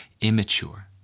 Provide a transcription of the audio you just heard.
immature